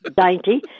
dainty